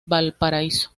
valparaíso